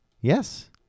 Yes